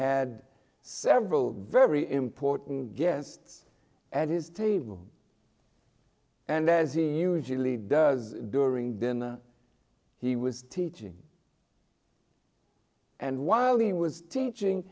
had several very important guests at his table and as he usually does during dinner he was teaching and while he was teaching